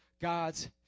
God's